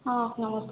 ହଁ ନମସ୍କାର